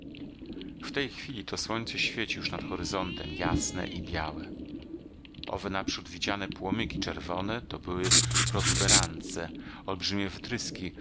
w tej chwili to słońce świeci już nad horyzontem jasne i białe owe naprzód widziane płomyki czerwone to były protuberance olbrzymie wytryski